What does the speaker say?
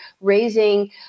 raising